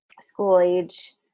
school-age